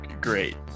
great